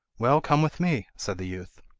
well, come with me said the youth.